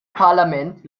parlament